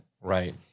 Right